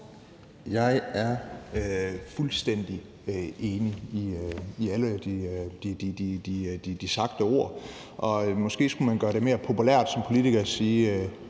Jeg er fuldstændig enig i alle de sagte ord, og måske skulle man gøre det mere populært som politiker at sige: